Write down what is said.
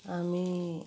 আমি